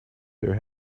their